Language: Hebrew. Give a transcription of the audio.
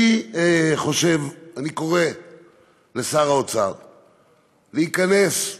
אני קורא לשר האוצר להיכנס,